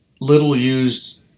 little-used